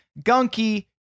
gunky